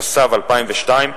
התשס"ב 2002,